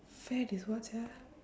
fad is what sia